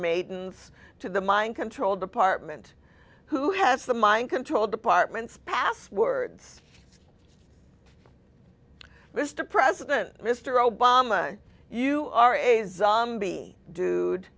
ns to the mind control department who has the mind control departments passwords mr president mr obama you are a zombie dude